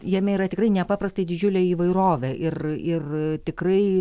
jame yra tikrai nepaprastai didžiulė įvairovė ir ir tikrai